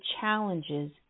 challenges